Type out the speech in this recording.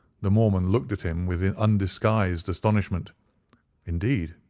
the mormon looked at him with undisguised astonishmentaeur indeed,